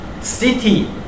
city